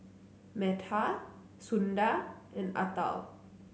Medha Sundar and Atal